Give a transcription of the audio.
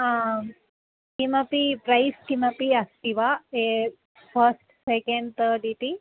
आं किमपि प्रैस् किमपि अस्ति वा एकं फ़स्ट् सेकेण्ड् तर्ड् इति